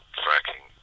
fracking